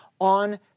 on